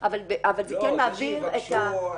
אבל זה כן מעביר את --- לא,